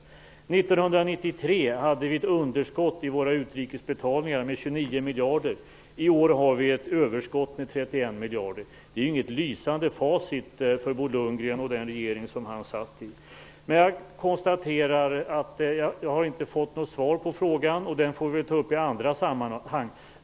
År 1993 hade vi ett underskott i våra utrikes betalningar med 29 miljarder. I år har vi ett överskott med 31 miljarder. Det är inget lysande facit för Bo Lundgren och den regering som han satt i. Jag konstaterar att jag inte har fått något svar på frågan. Vi får väl ta upp den i andra sammanhang.